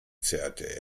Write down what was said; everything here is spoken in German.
zerrte